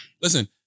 listen